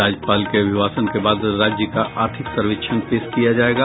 राज्यपाल के अभिभाषण के बाद राज्य का आर्थिक सर्वेक्षण पेश किया जायेगा